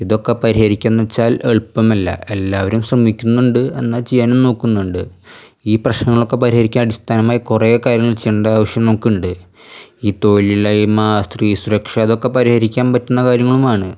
ഇതൊക്കെ പരിഹരിക്കുന്നത് വെച്ചാല് എളുപ്പമല്ല എല്ലാവരും ശ്രമിക്കുന്നുണ്ട് എന്നാൽ ചെയ്യാനും നോക്കുന്നുണ്ട് ഈ പ്രശ്നനങ്ങളൊക്കെ പരിഹരിക്കാന് അടിസ്ഥാനമായി കുറേ കാര്യങ്ങള് ചെയ്യേണ്ട ആവശ്യം നമുക്കുണ്ട് ഈ തൊഴിലില്ലായ്മ സ്ത്രീ സുരക്ഷ ഇതൊക്കെ പരിഹരിക്കാന് പറ്റുന്ന കാര്യങ്ങളുമാണ്